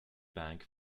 bank